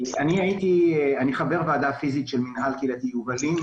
אני חבר ועדה פיזית של מינהל קהילתי יובלים.